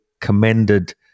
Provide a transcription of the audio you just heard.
commended